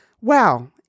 Wow